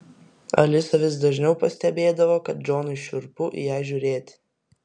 alisa vis dažniau pastebėdavo kad džonui šiurpu į ją žiūrėti